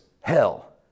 Hell